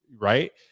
right